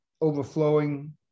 overflowing